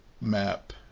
map